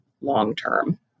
long-term